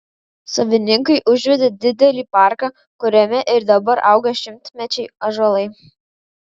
savininkai užvedė didelį parką kuriame ir dabar auga šimtmečiai ąžuolai